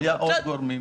בסדר.